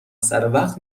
سروقت